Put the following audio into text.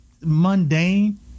mundane